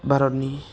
भारतनि